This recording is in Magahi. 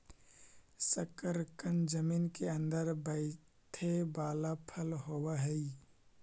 शकरकन जमीन केअंदर बईथे बला फल होब हई